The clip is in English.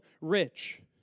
rich